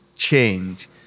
Change